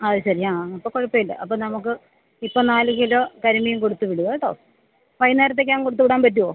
അത് ശരി ആ അപ്പോള് കുഴപ്പമില്ല അപ്പം നമുക്ക് ഇപ്പം നാല് കിലോ കരിമീന് കൊടുത്തുവിടൂ് കേട്ടോ വൈകുന്നേരത്തേയ്ക്കകം കൊടുത്തുവിടാന് പറ്റുമോ